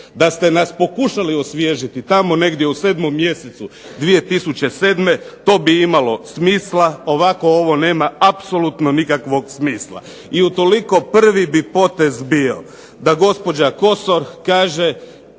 DA ste nas pokušali osvježiti tamo negdje u 7. mjesecu 2007. to bi imalo smisla, ovako ovo nema apsolutno nikakvog smisla i utoliko prvi bi potez bio da gospođa KOsor kaže